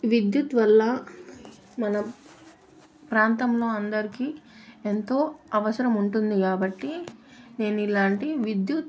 విద్యుత్ వల్ల మనం ప్రాంతంలో అందరికి ఎంతో అవసరం ఉంటుంది కాబట్టి నేను ఇలాంటి విద్యుత్